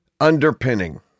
underpinning